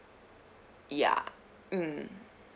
ya mm